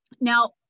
now